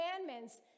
Commandments